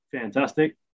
fantastic